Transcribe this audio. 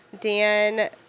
Dan